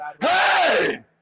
Hey